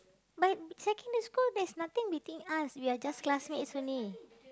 but checking the school there's nothing between us we are just classmates only